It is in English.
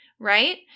right